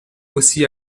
aussi